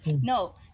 No